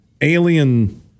alien